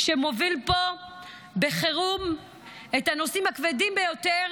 שמוביל פה בחירום את הנושאים הכבדים ביותר